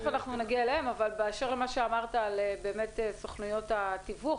תכף נגיע אליהם אבל באשר למה שאמרת על סוכנויות התיווך,